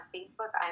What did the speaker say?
Facebook